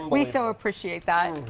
um we so appreciate that.